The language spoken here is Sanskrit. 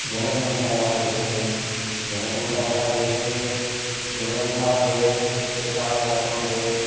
जनसङ्ख्यायाः विषये जनसंख्यायाः विषये निर्बन्धः भवेत् यथावकाशं भवेत्